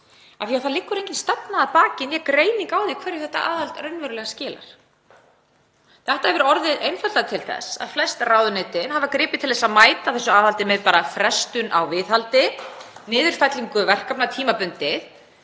af því að það liggur engin stefna að baki né greining á því hverju þetta aðhald raunverulega skilar. Þetta hefur einfaldlega orðið til þess að flest ráðuneytin hafa gripið til þess að mæta þessu aðhaldi með frestun á viðhaldi og niðurfellingu verkefna tímabundið.